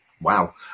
Wow